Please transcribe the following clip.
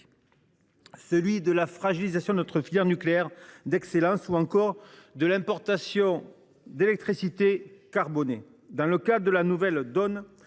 Celui de la fragilisation de notre filière nucléaire d’excellence ou encore de l’importation d’électricité carbonée. Dans le cadre de la nouvelle donne,